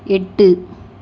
எட்டு